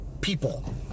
people